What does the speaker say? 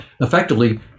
Effectively